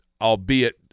albeit